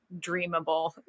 dreamable